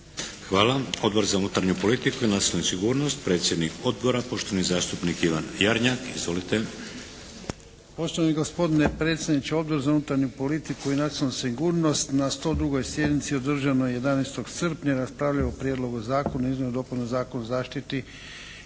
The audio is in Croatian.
Hvala. Odbor za unutarnju politiku i nacionalnu sigurnost, predsjednik Odbora, poštovani zastupnik Ivan Jarnjak. Izvolite. **Jarnjak, Ivan (HDZ)** Poštovani gospodine predsjedniče, Odbor za unutarnju politiku i nacionalnu sigurnost na 102. sjednici održanoj 11.srpnja raspravljao je o Prijedlogu Zakona o izmjenama Zakona o zaštiti